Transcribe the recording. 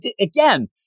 again